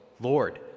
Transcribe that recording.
Lord